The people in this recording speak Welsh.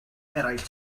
eraill